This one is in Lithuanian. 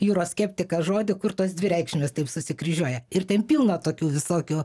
jūros skeptiką žodį kur tos dvi reikšmės taip susikryžiuoja ir ten pilna tokių visokių